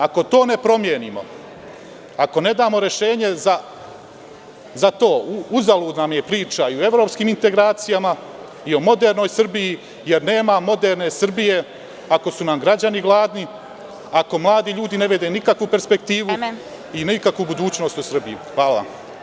Ako to ne promenimo, ako ne damo rešenje za to, uzaludna nam je priča i o evropskim integracijama i o modernoj Srbiji, jer nema moderne Srbije ako su nam građani gladni, ako mladi ljudi ne vide nikakvu perspektivu i nikakvu budućnost u Srbiji. hvala.